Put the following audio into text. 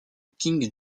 king